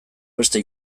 beste